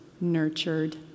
nurtured